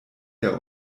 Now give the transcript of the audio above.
der